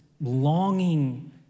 longing